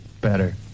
Better